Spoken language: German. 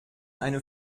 eine